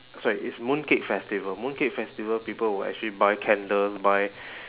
sorry it's mooncake festival mooncake festival people will actually buy candles buy